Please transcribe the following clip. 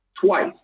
twice